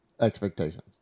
expectations